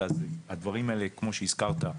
אלא הדברים האלה כמו שהזכרת,